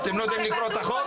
אתם לא יודעים לקרוא את החוק?